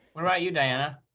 what about you, diana?